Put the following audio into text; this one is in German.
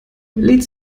lädt